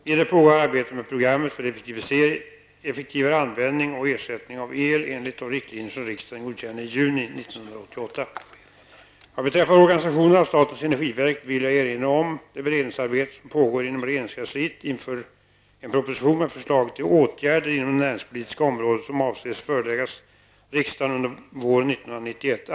Vidare pågår arbetet med programmet för effektivare användning och ersättning av el enligt de riktlinjer som riksdagen godkände i juni 1988. Vad beträffar organisationen av statens energiverk vill jag erinra om det beredningsarbete som pågår inom regeringskansliet inför en proposition med förslag till åtgärder inom det näringspolitiska området som avses föreläggas riksdagen under våren 1991.